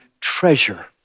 treasure